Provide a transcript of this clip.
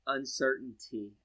uncertainty